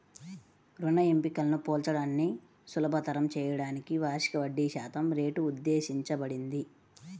రుణ ఎంపికలను పోల్చడాన్ని సులభతరం చేయడానికి వార్షిక వడ్డీశాతం రేటు ఉద్దేశించబడింది